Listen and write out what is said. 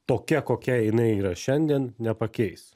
tokia kokia jinai yra šiandien nepakeis